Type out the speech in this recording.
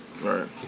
Right